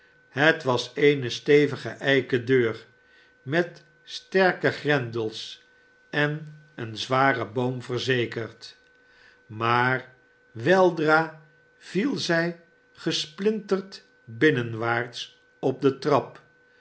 het wa eene stevige eiken deur met sterke grendels en een zwaren boom verzekerd maar weldra viel zij gesplinterd binnenwaarts op detrap